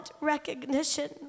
recognition